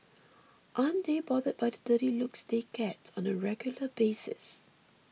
aren't they bothered by the dirty looks they get on a regular basis